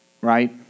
right